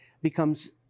becomes